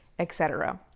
et cetera.